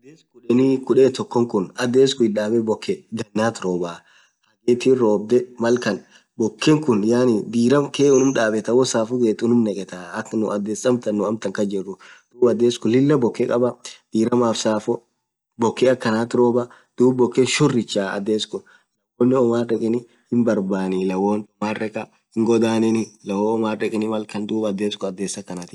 adhes khudeni tokk khun adhes khun itdhabe bokke akhanat robaa hagethi robdhee malkan bokeen khun yaani dhiram khee unumm dhabethe woo saffo gethuu unuum nekhethaaa adhes nuh amtan kasjiru dhub adhes khun Lilah bokke khabaaa diramaaf saffo bokke akhanat robaa dhub bokken shoricha adhes khun lawonen Omarr dhekeni hinbarbani lawwon Omarr dhekha hinghodhaneni lawwon Omarr dhekha dhub adhes khun adhes akhanathii